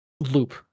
loop